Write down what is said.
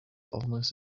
almost